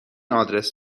آدرس